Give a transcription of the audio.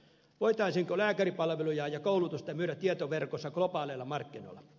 voitaisiinko lääkäripalveluja ja koulutusta myydä tietoverkossa globaaleilla markkinoilla